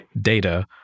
data